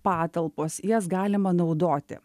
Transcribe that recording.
patalpos jas galima naudoti